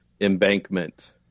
embankment